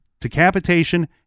decapitation